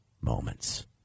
moments